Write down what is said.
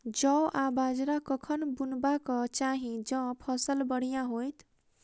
जौ आ बाजरा कखन बुनबाक चाहि जँ फसल बढ़िया होइत?